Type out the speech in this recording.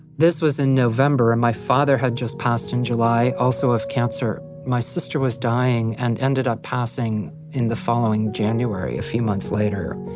this was in november and my father had just passed in july, also of cancer my sister was dying and ended up passing in the following january, a few months later.